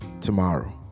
tomorrow